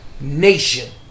nation